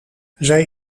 zij